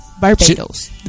Barbados